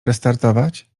restartować